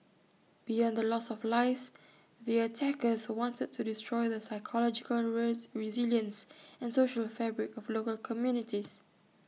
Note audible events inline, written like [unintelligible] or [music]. beyond the loss of lives the attackers wanted to destroy the psychological [unintelligible] resilience and social fabric of local communities